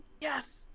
Yes